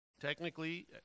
Technically